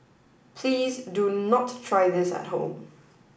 please do not try this at home